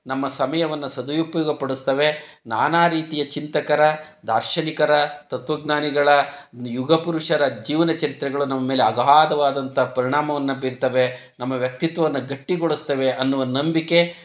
ನಮ್ಮ ಸಮಯವನ್ನು ಸದುಪಯೋಗ ಪಡಿಸ್ತವೆ ನಾನಾ ರೀತಿಯ ಚಿಂತಕರ ದಾರ್ಶನಿಕರ ತತ್ವ ಜ್ಞಾನಿಗಳ ಯುಗ ಪುರುಷರ ಜೀವನ ಚರಿತ್ರೆಗಳು ನಮ್ಮಮೇಲೆ ಅಘಾದವಾದಂಥ ಪರಿಣಾಮವನ್ನು ಬೀರ್ತವೆ ನಮ್ಮ ವ್ಯಕ್ತಿತ್ವವನ್ನು ಗಟ್ಟಿಗೊಳಿಸ್ತವೆ ಅನ್ನುವ ನಂಬಿಕೆ